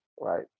right